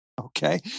Okay